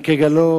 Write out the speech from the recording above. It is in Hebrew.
אני כרגע לא